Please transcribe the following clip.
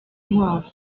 inkwavu